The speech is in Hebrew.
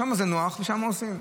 שם זה נוח ושם עושים.